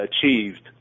achieved